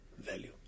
value